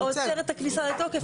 עכשיו יש לנו נושא שעלה בקשר לפסקה (3).